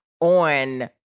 on